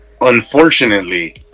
Unfortunately